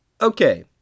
Okay